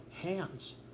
hands